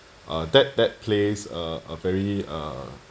uh that that plays uh a very uh